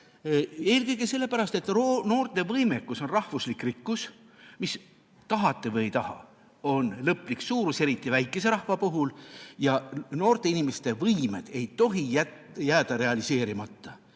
Eelkõige sellepärast, et noorte võimekus on rahvuslik rikkus, mis, tahate või ei taha, on lõplik suurus, eriti väikese rahva puhul. Noorte inimeste võimed ei tohi jääda realiseerimata. Muide,